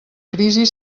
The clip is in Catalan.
crisi